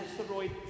asteroid